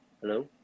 Hello